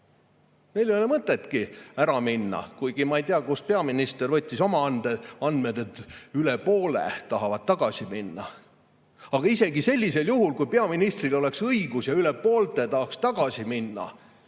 Neil ei ole mõtetki ära minna. Ma ei tea, kust peaminister võttis oma andmed, et rohkem kui pooled tahavad tagasi minna. Aga isegi sellisel juhul, kui peaministril oleks õigus ja üle poolte tahaks tagasi minna,